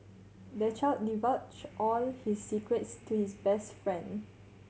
the child divulged all his secrets to his best friend